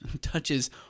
touches